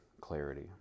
clarity